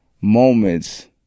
moments